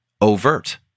overt